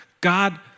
God